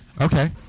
Okay